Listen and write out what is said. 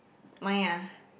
my ah